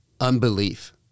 unbelief